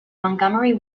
montgomery